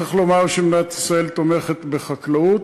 צריך לומר שמדינת ישראל תומכת בחקלאות,